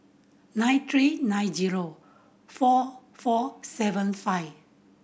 nine three nine zero four four seven five